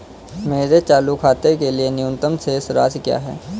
मेरे चालू खाते के लिए न्यूनतम शेष राशि क्या है?